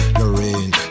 Lorraine